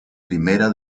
primera